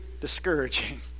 discouraging